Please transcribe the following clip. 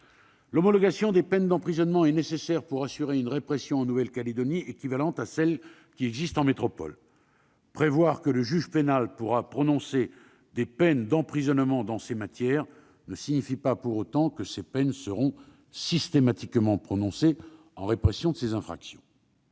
L'homologation des peines d'emprisonnement est nécessaire pour assurer, en Nouvelle-Calédonie, une répression équivalente à celle qui existe en métropole. Prévoir que le juge pénal peut prononcer des peines d'emprisonnement dans ces matières ne signifie pas que ces peines seront systématiquement infligées en répression des infractions